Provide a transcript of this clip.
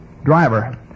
Driver